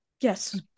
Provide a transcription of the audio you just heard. yes